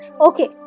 Okay